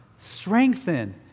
Strengthen